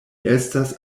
estas